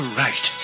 right